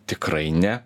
tikrai ne